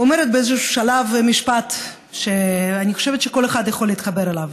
אומרת באיזשהו שלב משפט שאני חושבת שכל אחד יכול להתחבר אליו: